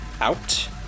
out